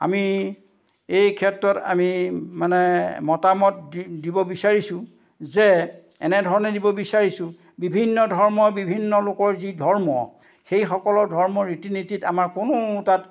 আমি এই ক্ষেত্ৰত আমি মানে মতামত দি দিব বিচাৰিছোঁ যে এনেধৰণে দিব বিচাৰিছোঁ বিভিন্ন ধৰ্মৰ বিভিন্ন লোকৰ যি ধৰ্ম সেইসকলৰ ধৰ্ম ৰীতি নীতিত আমাৰ কোনো তাত